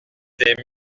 des